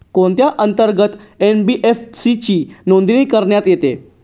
कोणत्या अंतर्गत एन.बी.एफ.सी ची नोंदणी करण्यात येते?